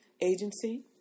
Agency